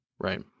Right